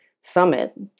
summit